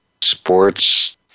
sports